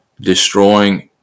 destroying